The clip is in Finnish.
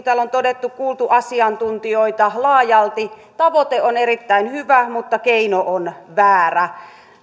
täällä on todettu on kuultu asiantuntijoita laajalti tavoite on erittäin hyvä mutta keino on väärä